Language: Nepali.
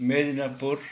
मेदिनापुर